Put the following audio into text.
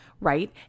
Right